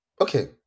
Okay